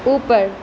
ऊपर